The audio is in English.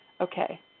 okay